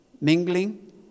mingling